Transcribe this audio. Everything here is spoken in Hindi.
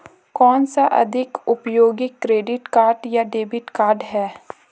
कौनसा अधिक उपयोगी क्रेडिट कार्ड या डेबिट कार्ड है?